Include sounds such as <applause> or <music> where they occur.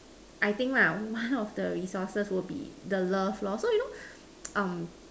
I think lah one of the resources will be the love lor so you know <noise> um